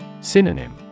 Synonym